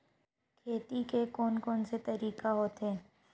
खेती के कोन कोन से तरीका होथे?